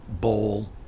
bowl